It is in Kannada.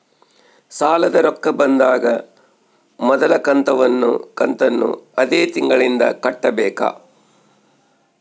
ಸಾಲದ ರೊಕ್ಕ ಬಂದಾಗ ಮೊದಲ ಕಂತನ್ನು ಅದೇ ತಿಂಗಳಿಂದ ಕಟ್ಟಬೇಕಾ?